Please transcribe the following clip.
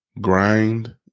grind